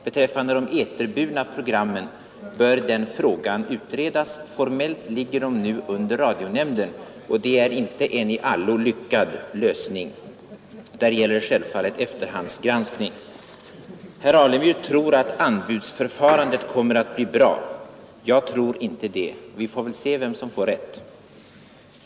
Beträffande de eterburna programmen bör den frågan utredas. Formellt ligger dessa program nu under radionämnden, och det är inte en i allo lyckad lösning. Där gäller självfallet principen om efterhandsgranskning. Herr Alemyr tror att anbudsförfarandet kommer att bli bra. Jag tror inte det. Vi får väl se vem som får rätt.